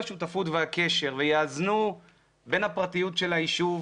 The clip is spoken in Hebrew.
השותפות והקשר ויאזנו בין הפרטיות של הישוב